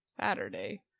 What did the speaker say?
Saturday